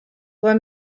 were